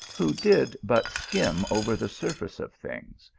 who did but skim over the sur face of things,